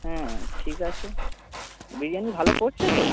হ্যাঁ ঠিক আছে বিরিয়ানি ভালো করছে তো